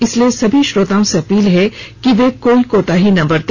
इसलिए सभी श्रोताओं से अपील है कि कोई भी कोताही ना बरते